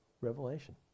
Revelation